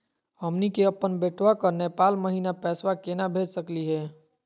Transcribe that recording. हमनी के अपन बेटवा क नेपाल महिना पैसवा केना भेज सकली हे?